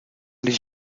les